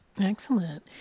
excellent